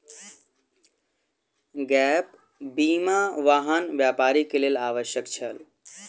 gap बीमा, वाहन व्यापारी के लेल आवश्यक छल